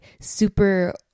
super